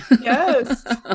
Yes